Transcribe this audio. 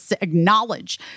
acknowledge